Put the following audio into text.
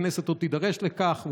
הכנסת עוד תידרש לכך,